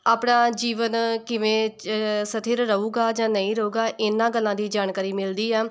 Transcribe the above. ਆਪਣਾ ਜੀਵਨ ਕਿਵੇਂ ਸਥਿਰ ਰਹੇਗਾ ਜਾਂ ਨਹੀਂ ਰਹੇਗਾ ਇਹਨਾਂ ਗੱਲਾਂ ਦੀ ਜਾਣਕਾਰੀ ਮਿਲਦੀ ਆ